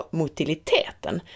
motiliteten